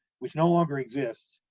which no longer exists.